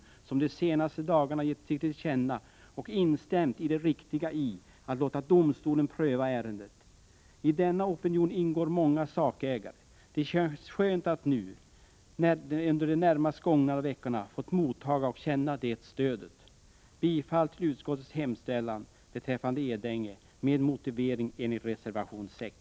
Den har de senaste dagarna givit sig till känna som ett instämmande i det riktiga i att låta domstolen pröva ärendet. I denna opinion ingår många sakägare. Det känns skönt att under de närmast gångna veckorna ha fått motta och känna det stödet. Jag yrkar bifall till utskottets hemställan beträffande Edänge med motivering enligt reservation 6.